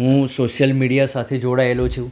હું social media સાથે જોડાયેલો છું